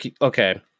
okay